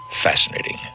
fascinating